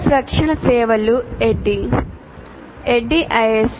రక్షణ సేవలు ADDIE ISD